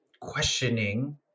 questioning